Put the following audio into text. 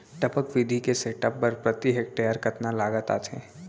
टपक विधि के सेटअप बर प्रति हेक्टेयर कतना लागत आथे?